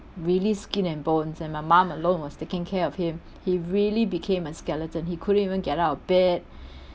really skin and bones and my mom alone was taking care of him he really became a skeleton he couldn't even get out of bed